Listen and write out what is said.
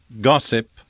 gossip